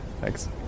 Thanks